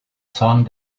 zorn